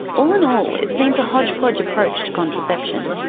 all in all it seems a hodgepodge approach to contraception,